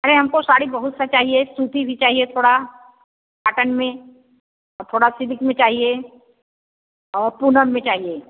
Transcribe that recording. अरे हमको साड़ी बहुत सी चाहिए सूती भी चाहिए थोड़ा कॉटन में और थोड़ा सिलिक में चाहिए और पूनम में चाहिए